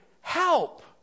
help